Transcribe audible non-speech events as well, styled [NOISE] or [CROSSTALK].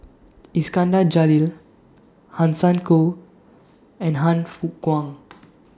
Iskandar Jalil Hanson Ho and Han Fook Kwang [NOISE]